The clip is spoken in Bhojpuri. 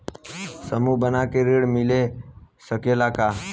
समूह बना के ऋण मिल सकेला का?